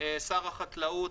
שר החקלאות,